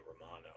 Romano